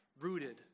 rooted